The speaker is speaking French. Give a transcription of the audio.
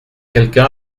quelqu’un